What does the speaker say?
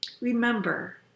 remember